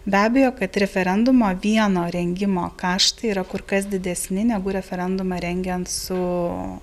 be abejo kad referendumo vieno rengimo kaštai yra kur kas didesni negu referendumą rengiant su